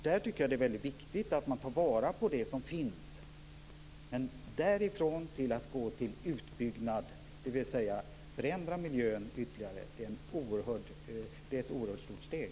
Där är det väldigt viktigt att man tar vara på det som finns. Men därifrån till att gå till utbyggnad, dvs. att förändra miljön ytterligare, är det ett oerhört stort steg.